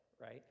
Right